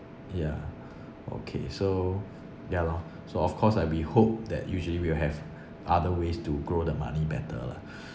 ya okay so ya lor so of course I we hope that usually we'll have other ways to grow the money better lah